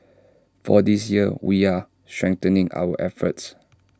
for this year we're strengthening our efforts